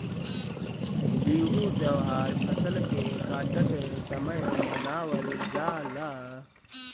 बिहू त्यौहार फसल के काटत समय मनावल जाला